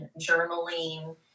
journaling